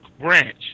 branch